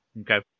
Okay